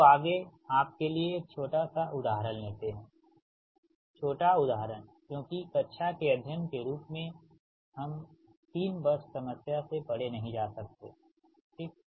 तो आगे आपके लिए एक छोटा सा उदाहरण लेते हैंछोटा उदाहरण क्योंकि कक्षा के अध्ययन के रूप में हम 3 बस समस्या से परे नहीं जा सकते ठीक